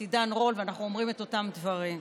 עידן רול ואנחנו אומרים את אותם דברים.